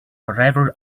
whatever